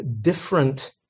different